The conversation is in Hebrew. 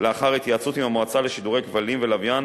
לאחר התייעצות עם המועצה לשידורי כבלים ולוויין